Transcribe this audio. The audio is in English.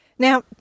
Now